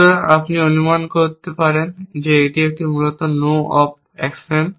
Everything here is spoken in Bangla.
সুতরাং আপনি অনুমান করতে পারেন যে এটি মূলত একটি নো অপ অ্যাকশন